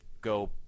go